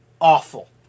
awful